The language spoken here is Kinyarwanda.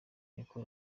niko